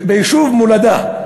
ביישוב מולדה,